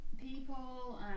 people